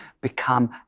become